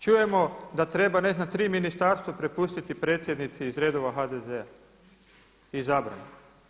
Čujemo da treba ne znam tri ministarstva prepustiti predsjednici iz redova HDZ-a izabrana.